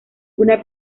una